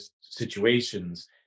situations